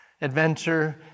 Adventure